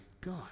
God